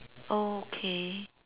oh okay